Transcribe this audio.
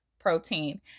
protein